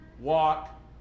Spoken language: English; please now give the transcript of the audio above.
walk